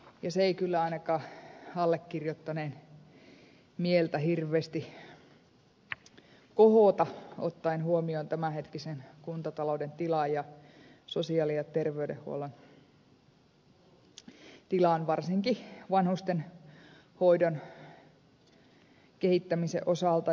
se ei ainakaan allekirjoittaneen mieltä hirveästi kohota ottaen huomioon tämänhetkisen kuntatalouden tilan ja sosiaali ja terveydenhuollon tilan varsinkin vanhustenhoidon kehittämisen osalta